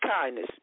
kindness